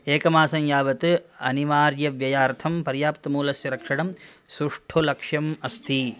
एकमासं यावत् अनिवार्यव्ययार्थं पर्याप्तमूलस्य रक्षणं सुष्ठुः लक्ष्यम् अस्ति